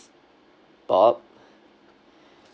bob